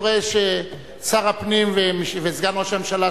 אתה רואה ששר הפנים וסגן ראש הממשלה,